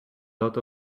lot